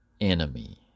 enemy